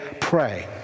pray